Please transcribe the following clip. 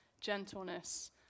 gentleness